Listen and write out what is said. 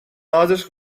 نازش